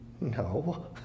No